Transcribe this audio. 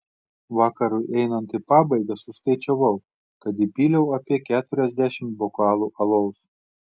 vakarui einant į pabaigą suskaičiavau kad įpyliau apie keturiasdešimt bokalų alaus